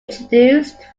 introduced